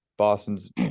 Boston's